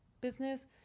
business